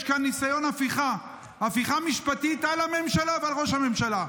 יש כאן ניסיון הפיכה משפטית על הממשלה ועל ראש הממשלה.